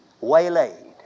waylaid